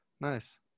Nice